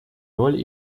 роль